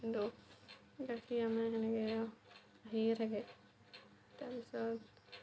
কিন্তু গাখীৰ আমাৰ তেনেকে আহিয়ে থাকে তাৰপিছত